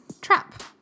trap